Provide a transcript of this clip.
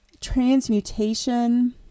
transmutation